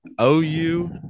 OU